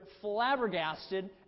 flabbergasted